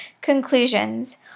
Conclusions